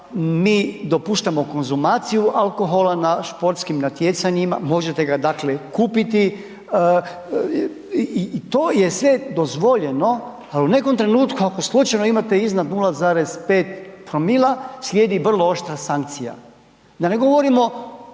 mi dopuštamo konzumaciju alkohola na športskim natjecanjima, možete ga dakle kupiti i to je sve dozvoljeno ali u nekom trenutku ako slučajno imate iznad 0,5‰, slijedi vrlo oštra sankcija. Da ne govorimo